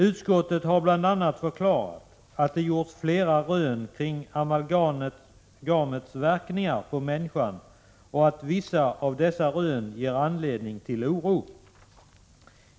Utskottet har bl.a. förklarat att det gjorts flera rön kring amalgamets verkningar på människan och att vissa av dessa rön ger anledning till oro.